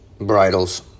bridles